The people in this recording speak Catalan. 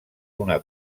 una